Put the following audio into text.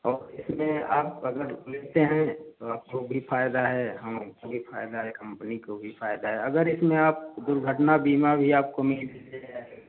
और इसमें आप अगर लेतें हैं तो आपको भी फ़ायदा है हम हमको भी फ़ायदा है कंपनी को भी फ़ायदा है अगर इसमें आप दुर्घटना बीमा भी आपको मिल जाएगा